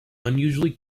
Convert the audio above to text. unusually